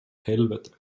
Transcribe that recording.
helvete